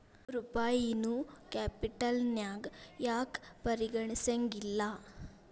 ರೂಪಾಯಿನೂ ಕ್ಯಾಪಿಟಲ್ನ್ಯಾಗ್ ಯಾಕ್ ಪರಿಗಣಿಸೆಂಗಿಲ್ಲಾ?